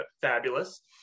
fabulous